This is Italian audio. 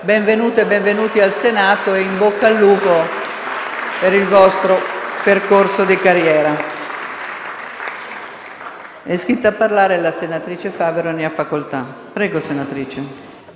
Benvenute e benvenuti al Senato e in bocca al lupo per il vostro percorso di carriera.